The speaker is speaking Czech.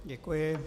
Děkuji.